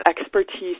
expertise